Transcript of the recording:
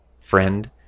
friend